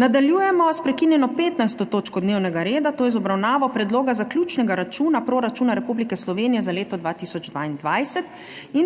Nadaljujemo s prekinjeno 15. točko dnevnega reda, to je z obravnavo Predloga zaključnega računa proračuna Republike Slovenije za leto 2022.